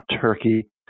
Turkey